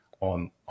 on